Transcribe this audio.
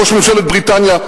ראש ממשלת בריטניה,